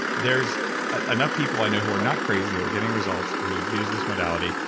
there's enough people i know who are not crazy, who are getting results who use this modality,